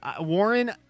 Warren